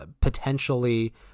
potentially